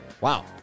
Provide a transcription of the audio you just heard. Wow